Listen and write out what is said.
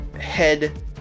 head